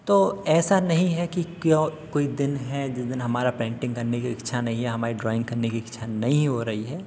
तो ऐसा नहीं है कि क्यों कोई दिन है जिस दिन हमारा पेंटिंग करने कि इच्छा नहीं है हमारी ड्राइंग करने कि इच्छा नहीं हो रही है